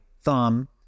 thumb